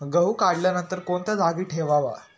गहू काढल्यानंतर कोणत्या जागी ठेवावा?